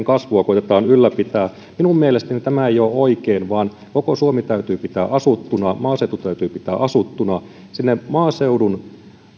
kasvua koetetaan ylläpitää minun mielestäni tämä ei ole oikein vaan koko suomi täytyy pitää asuttuna maaseutu täytyy pitää asuttuna maaseudun